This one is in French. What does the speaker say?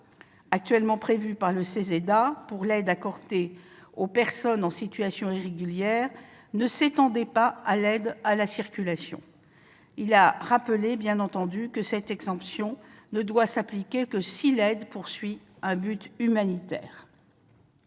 et du droit d'asile pour l'aide accordée aux personnes en situation irrégulière ne s'étendait pas à l'aide à la circulation. Il a rappelé bien sûr que cette exemption ne doit s'appliquer que si l'aide poursuit un but humanitaire.